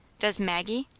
does maggie?